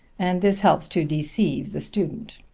and this helps to deceive the student.